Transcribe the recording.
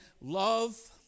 love